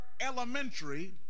elementary